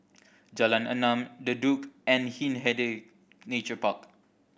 Jalan Enam The Duke and Hindhede Nature Park